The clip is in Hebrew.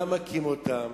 גם מכים אותם,